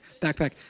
backpack